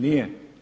Nije?